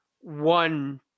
one